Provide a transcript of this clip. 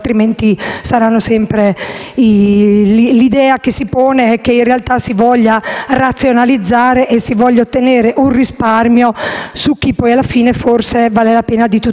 l'idea che si crea è che, in realtà, si voglia razionalizzare ed ottenere un risparmio su chi forse vale la pena tutelare per il futuro più di tanti altri.